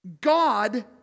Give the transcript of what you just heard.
God